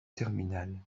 terminale